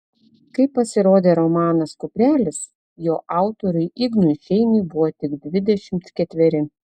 kai pasirodė romanas kuprelis jo autoriui ignui šeiniui buvo tik dvidešimt ketveri